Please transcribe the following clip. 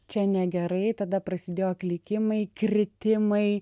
čia negerai tada prasidėjo klykimai kritimai